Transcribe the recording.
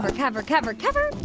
cover, cover, cover. ah